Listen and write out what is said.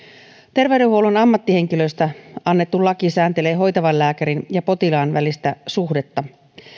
terveydenhuollon ammattihenkilöistä annettu laki sääntelee hoitavan lääkärin ja potilaan välistä suhdetta